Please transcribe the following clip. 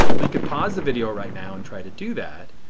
well you could pause the video right now and try to do that.